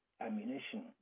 ammunition